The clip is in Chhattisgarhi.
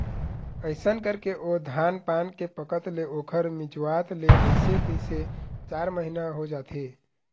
अइसन करके ओ धान पान के पकत ले ओखर मिंजवात ले अइसे तइसे चार महिना हो जाथे